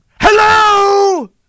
Hello